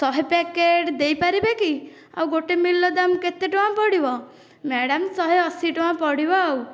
ଶହେ ପ୍ୟାକେଟ୍ ଦେଇପାରିବେ କି ଆଉ ଗୋଟିଏ ମିଲ୍ ର ଦାମ କେତେ ଟଙ୍କା ପଡ଼ିବ ମ୍ୟାଡ଼ାମ ଶହେ ଅଶି ଟଙ୍କା ପଡ଼ିବ ଆଉ